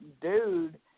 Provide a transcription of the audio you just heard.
dude